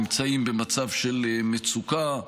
נמצאים במצב של מצוקה,